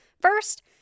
First